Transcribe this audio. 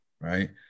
right